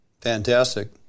Fantastic